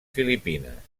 filipines